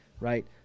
right